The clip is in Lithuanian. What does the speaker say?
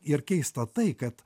ir keista tai kad